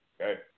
okay